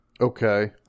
okay